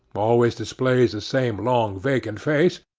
always displays the same long, vacant face,